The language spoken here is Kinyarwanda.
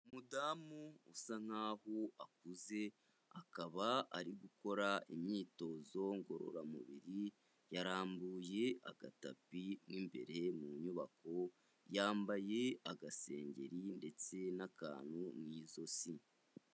Umudamu usa nkaho akuze akaba ari gukora imyitozo ngororamubiri, yarambuye agatapi mo imbere mu nyubako, yambaye agasengeri ndetse n'akantu mu izosi.